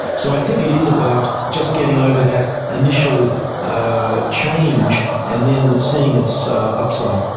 so i think it is about just getting over that initial ah change and then seeing its upside.